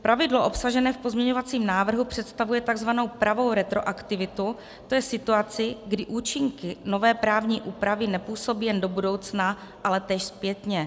Pravidlo obsažené v pozměňovacím návrhu představuje takzvanou pravou retroaktivitu, to je situaci, kdy účinky nové právní úpravy nepůsobí jen do budoucna, ale též zpětně.